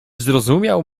zrozumiał